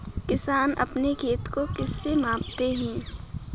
किसान अपने खेत को किससे मापते हैं?